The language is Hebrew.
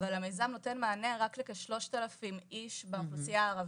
אבל המיזם נותן מענה רק לכ-3,000 איש באוכלוסייה הערבית,